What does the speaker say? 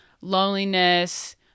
loneliness